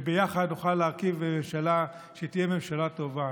וביחד נוכל להרכיב ממשלה שתהיה ממשלה טובה.